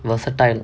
versatile